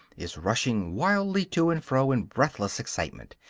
is rushing wildly to and fro, in breathless excitement,